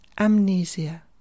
Amnesia